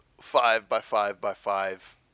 five-by-five-by-five